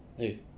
eh